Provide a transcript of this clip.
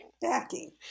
Backing